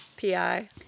PI